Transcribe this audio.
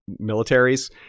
militaries